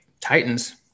Titans